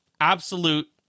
absolute